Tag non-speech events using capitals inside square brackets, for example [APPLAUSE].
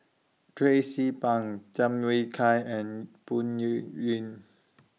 Tracie Pang Tham Yui Kai and Phoon Yew [UNINTELLIGIBLE]